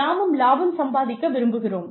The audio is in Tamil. நாமும் லாபம் சம்பாதிக்க விரும்புகிறோம்